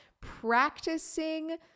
Practicing